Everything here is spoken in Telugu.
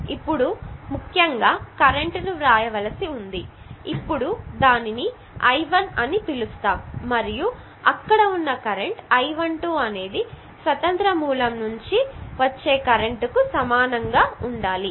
ఇప్పుడు ముఖ్యంగా కరెంట్ ని వ్రాయవలసి ఉంది ఇప్పుడు దానిని 11 అని పిలుస్తారు మరియు అక్కడ ఉన్న కరెంట్ I12 అనేది స్వతంత్ర మూలం నుంచి వచ్చే కరెంటు కు సమానంగా ఉండాలి